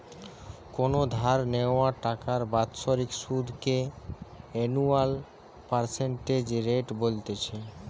কোনো ধার নেওয়া টাকার বাৎসরিক সুধ কে অ্যানুয়াল পার্সেন্টেজ রেট বলতিছে